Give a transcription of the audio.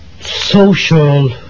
social